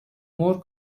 more